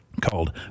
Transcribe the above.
called